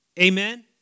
Amen